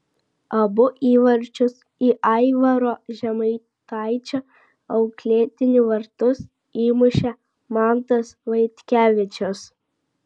abu įvarčius į aivaro žemaitaičio auklėtinių vartus įmušė mantas vaitkevičius